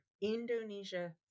Indonesia